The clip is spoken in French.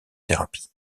thérapie